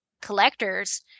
collectors